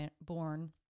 born